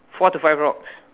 four to five rocks